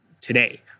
today